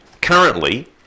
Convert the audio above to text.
currently